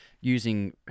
using